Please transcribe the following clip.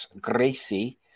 Gracie